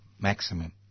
maximum